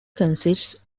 consists